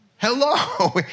Hello